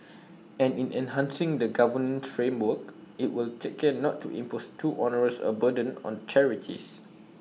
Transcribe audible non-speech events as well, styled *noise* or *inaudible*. and in enhancing the governance framework IT will take care not to impose too onerous A burden on *noise* charities